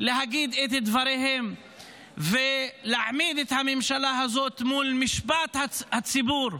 להגיד את דבריהם ולהעמיד את הממשלה הזאת מול משפט הציבור,